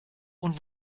und